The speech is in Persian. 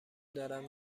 دارم